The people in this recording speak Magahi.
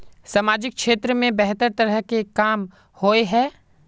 सामाजिक क्षेत्र में बेहतर तरह के काम होय है?